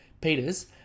Peter's